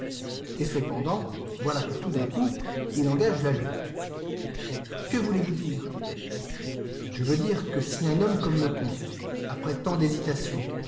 et cependant voilà que tout d'un coup il engage la lutte que voulez-vous dire je veux dire que si un homme comme le comte après tant d'hésitations